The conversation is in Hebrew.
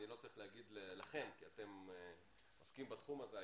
אני לא צריך להגיד לכם כי אתם עוסקים בתחום הזה,